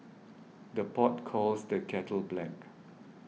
the pot calls the kettle black